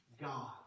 God